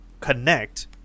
connect